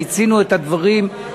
מיצינו את הדברים.